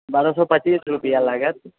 बारह सओ पचीस रुपआ लागत